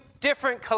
different